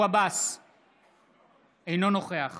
אינו נוכח